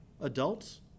adults